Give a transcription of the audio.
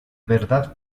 verdad